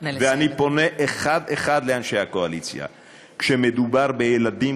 ואני פונה לאנשי הקואליציה אחד אחד: כשמדובר בילדים,